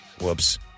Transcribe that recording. Whoops